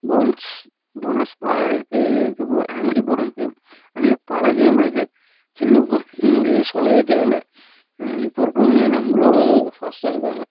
பொவன்ஸ் டோனர்ஸ் பா இருக்குது அதுக்கப்ற ஆங்கிரி பேர்டு இருக்குது அது மாரி பல கேம் இருக்குது சின்ன குலந்தைங்கள்க்கு சொல்லவே தேவை இல்லை இப்போ இருக்குறவங்க நம்மளோட ஃபாஸ்ட்டாக இருக்காங்கள்